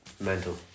mental